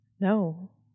No